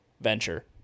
venture